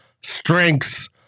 strengths